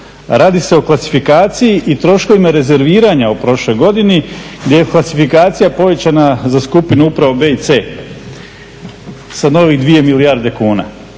radi se o klasifikaciji i troškovima rezerviranja u prošloj godini gdje je klasifikacija povećana za skupinu upravo B i C sa novih 2 milijardi kuna.